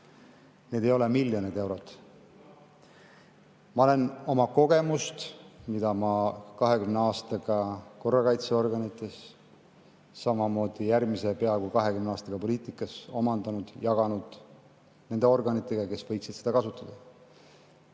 Need ei ole miljonid eurod. Ma olen oma kogemust, mida ma olen 20 aastaga korrakaitseorganites ja samamoodi järgmise peaaegu 20 aastaga poliitikas omandanud, jaganud nende organitega, kes võiksid seda kasutada.